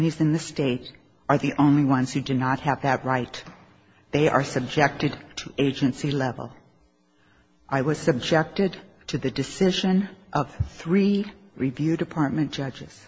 attorneys in the state are the only ones who do not have that right they are subjected to agency level i was subjected to the decision of three review department judges